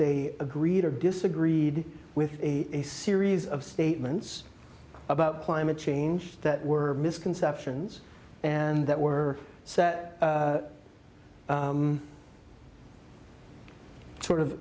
they agreed or disagreed with a series of statements about climate change that were misconceptions and that were set sort of